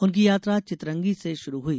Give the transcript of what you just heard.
उनकी यात्रा चितरंगी से शुरू हुई